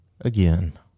again